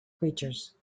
creatures